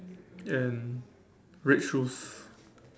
and red shoes